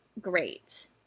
great